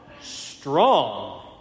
strong